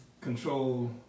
control